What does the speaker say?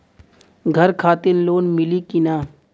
घर खातिर लोन मिली कि ना?